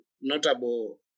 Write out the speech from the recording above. notable